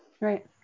Right